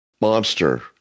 monster